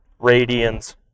radians